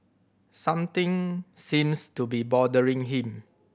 something seems to be bothering him